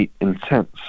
intense